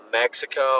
Mexico